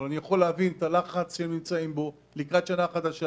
אבל אני יכול להבין את הלחץ של ראשי הרשויות לקראת השנה החדשה.